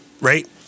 right